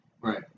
right